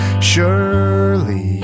Surely